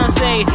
say